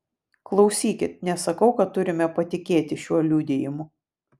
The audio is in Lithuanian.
klausykit nesakau kad turime patikėti šiuo liudijimu